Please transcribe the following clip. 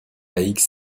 laïque